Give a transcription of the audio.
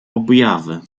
objawy